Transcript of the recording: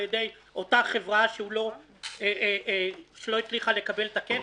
ידי אותה חברה שלא הצליחה לקבל את הכסף,